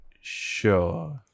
Sure